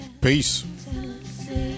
Peace